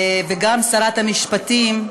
ביניהם גם שרת המשפטים,